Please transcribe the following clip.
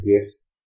gifts